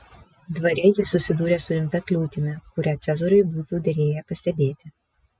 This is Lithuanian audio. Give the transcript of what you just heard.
dvare ji susidūrė su rimta kliūtimi kurią cezariui būtų derėję pastebėti